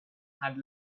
had